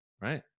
right